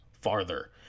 farther